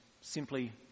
simply